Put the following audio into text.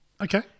Okay